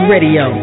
Radio